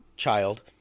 child